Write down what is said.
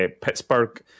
Pittsburgh